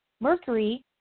Mercury